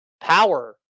power